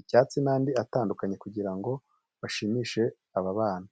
icyatsi n'andi atandukanye kugira ngo bashimishe aba bana.